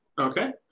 okay